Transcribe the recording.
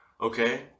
Okay